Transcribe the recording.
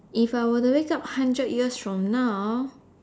if I were to wake up hundred years from now